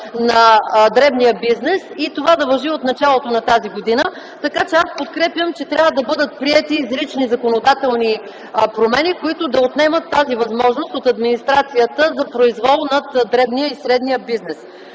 на дребния бизнес и това да важи от началото на тази година. Така че аз подкрепям, че трябва да бъдат приети изрични законодателни промени, които да отнемат тази възможност от администрацията за произвол над дребния и средния бизнес.